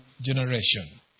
generation